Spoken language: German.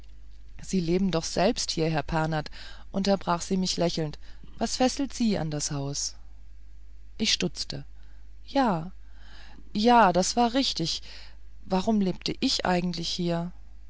sie leben doch selbst hier herr pernath unterbrach sie mich lächelnd was fesselt sie an das haus ich stutzte ja ja das war richtig warum lebte ich eigentlich hier